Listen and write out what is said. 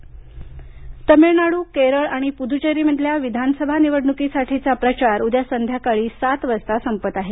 तमिळनाडू तमिळनाडू केरळ आणि पुदुच्चेरीमधल्या विधानसभा निवडणुकीसाठीचा प्रचार उद्या संध्याकाळी सात वाजता संपत आहे